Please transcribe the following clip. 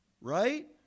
right